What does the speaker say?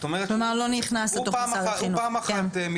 במילים אחרות הולכים